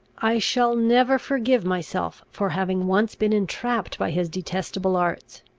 i shall never forgive myself for having once been entrapped by his detestable arts.